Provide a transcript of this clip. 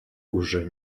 уже